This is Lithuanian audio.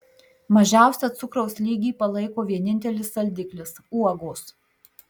mažiausią cukraus lygį palaiko vienintelis saldiklis uogos